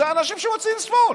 זה אנשים שמצביעים שמאל,